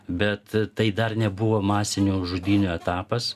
bet tai dar nebuvo masinių žudynių etapas